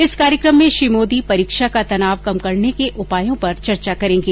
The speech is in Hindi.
इस कार्यक्रम में श्री मोदी परीक्षा का तनाव कम करने के उपायों पर चर्चा करेंगे